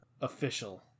official